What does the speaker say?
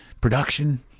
production